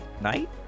night